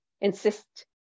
insist